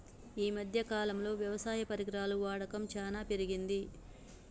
ఈ మధ్య కాలం లో వ్యవసాయ పరికరాల వాడకం చానా పెరిగింది